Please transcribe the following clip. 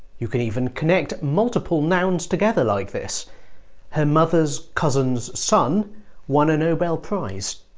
you can even connect multiple nouns together like this her mother's cousin's son won a nobel prize